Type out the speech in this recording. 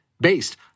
based